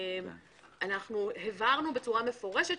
הבהרנו מפורשות,